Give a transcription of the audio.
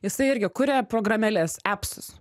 jisai irgi kuria programėles epsus